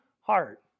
heart